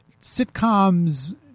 sitcoms